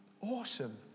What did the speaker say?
Awesome